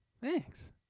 thanks